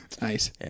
Nice